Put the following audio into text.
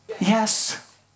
yes